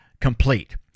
complete